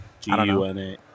G-U-N-A